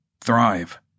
thrive